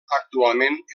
actualment